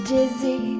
Dizzy